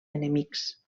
enemics